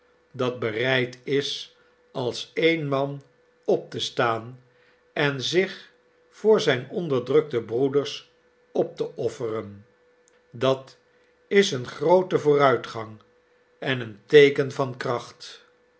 dat bereid is als één man op te staan en zich voor zijn onderdrukte broeders op te offeren dat is eene groote vooruitgang en een teeken van kracht